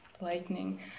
lightning